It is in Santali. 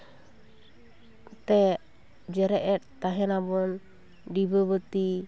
ᱛᱮ ᱡᱮᱨᱮᱫ ᱮᱫ ᱛᱟᱦᱮᱱᱟᱵᱚᱱ ᱰᱤᱵᱟᱹ ᱵᱟᱹᱛᱤ